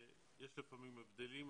יש לפעמים הבדלים,